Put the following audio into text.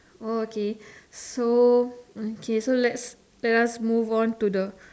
oh okay so okay so let's let us move on to the